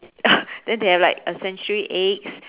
then they have like a century egg